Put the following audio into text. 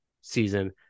season